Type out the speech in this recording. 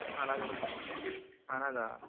اَہَن حظ اَہَن حظ آ